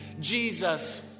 Jesus